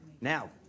Now